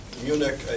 Munich